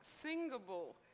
singable